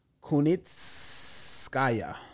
Kunitskaya